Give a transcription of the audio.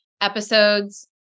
episodes